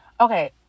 okay